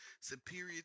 superior